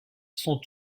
sont